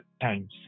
times